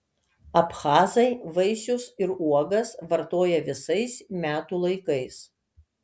abchazai vaisius ir uogas vartoja visais metų laikais